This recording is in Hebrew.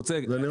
זה נראה ככה.